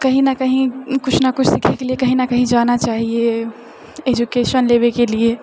कही नऽ कही किछु ने किछु सिखै कऽ लिए कही ने कही जाना चाहिए एजुकेशन लेबएके लिए